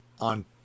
on